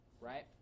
right